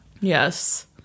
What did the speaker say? Yes